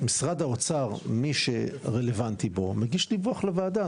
משרד האוצר, מי שרלוונטי בו, מגיש דיווח לוועדה.